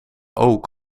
ook